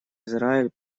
израиль